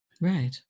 Right